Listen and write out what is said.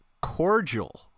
cordial